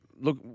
look